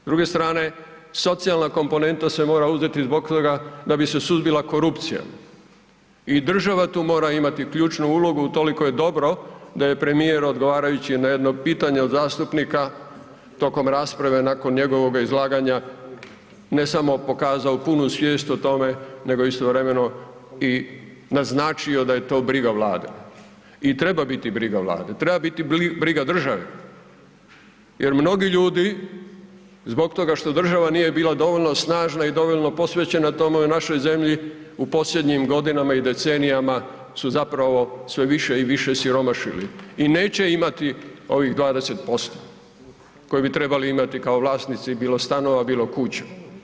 S druge strane socijalna komponenta se mora uzeti zbog toga da bi se suzbila korupcija i država tu mora imati ključnu ulogu, utoliko je dobro da je premijer odgovarajući na jedno pitanje od zastupnika tokom rasprave nakon njegovoga izlaganja ne samo pokazao punu svijest o tome nego istovremeno i naznačio da je to briga vlade i treba biti briga vlade, treba biti briga države jer mnogi ljudi zbog toga što država nije bila dovoljno snažna i dovoljno posvećena tome u našoj zemlji u posljednjim godinama i decenijama su zapravo sve više i više siromašili i neće imati ovih 20% koje bi trebali imati kao vlasnici bilo stanova, bilo kuća.